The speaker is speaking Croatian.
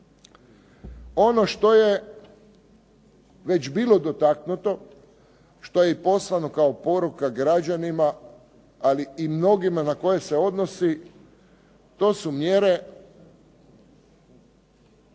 Ono što je već bilo dotaknuto, što je i poslano kao poruka građanima, ali i mnogima na koje se odnosi to su mjere